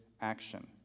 action